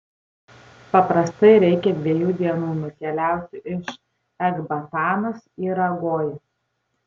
paprastai reikia dviejų dienų nukeliauti iš ekbatanos į ragoją